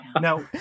Now